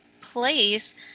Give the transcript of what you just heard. place